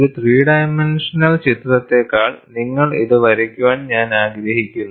ഒരു three dimensional ചിത്രത്തേക്കാൾ നിങ്ങൾ ഇത് വരയ്ക്കുവാൻ ഞാൻ ആഗ്രഹിക്കുന്നു